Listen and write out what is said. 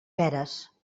peres